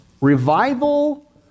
revival